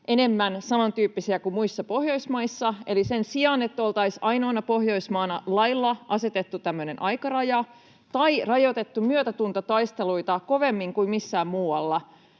enemmän samantyyppisiä kuin muissa Pohjoismaissa. Eli sen sijaan, että oltaisiin ainoana Pohjoismaana lailla asetettu tämmöinen aikaraja tai rajoitettu myötätuntotaisteluita kovemmin kuin missään muualla,